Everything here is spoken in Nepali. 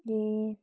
ए